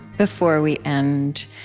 before we end,